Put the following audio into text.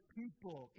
people